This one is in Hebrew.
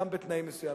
גם בתנאים מסוימים.